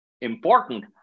important